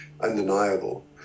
undeniable